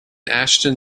ashton